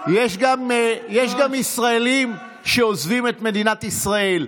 יש גם ישראלים שעוזבים את מדינת ישראל.